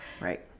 right